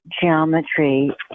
geometry